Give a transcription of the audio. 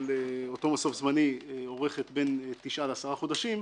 אותו מסוף זמני עורכת בין תשעה לעשרה חודשים,